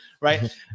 Right